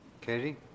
Katie